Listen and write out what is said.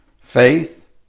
Faith